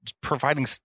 providing